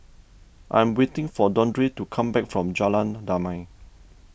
I am waiting for Dondre to come back from Jalan Damai